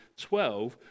12